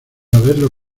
haberlo